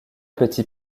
petit